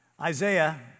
Isaiah